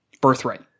birthright